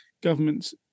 governments